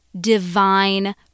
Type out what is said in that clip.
divine